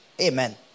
Amen